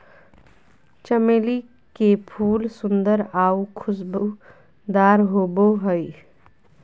चमेली के फूल सुंदर आऊ खुशबूदार होबो हइ